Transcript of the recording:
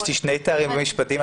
יש לי שני תארים במשפטים.